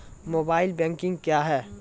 Mobile banking क्या हैं?